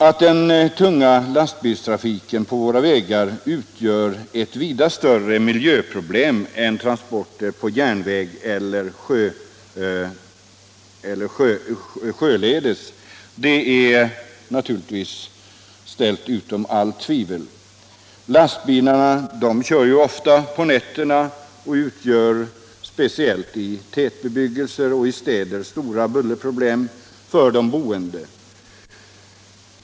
Att den tunga lastbilstrafiken på våra vägar utgör ett vida större miljöproblem än transporter på järnväg eller sjöledes är naturligtvis ställt utom allt tvivel. Lastbilarna kör ofta om nätterna och medför speciellt i städerna och i annan tätbebyggelse stora bullerproblem för de boende.